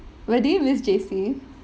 wait do you miss J_C